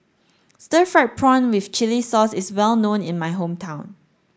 stir fried prawn with chili sauce is well known in my hometown